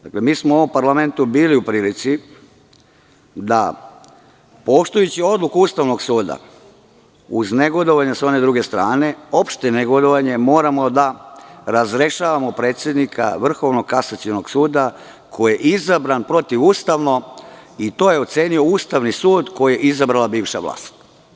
Dakle, mi smo u ovom parlamentu bili u prilici da, poštujući odluku Ustavnog suda, uz negodovanje sa one druge strane, opšte negodovanje, moramo da razrešavamo predsednika Vrhovnog kasacionog suda, koji je izabran protivustavno i to je ocenio Ustavni sud, koji je izabrala bivša vlast.